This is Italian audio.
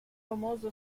famoso